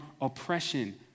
oppression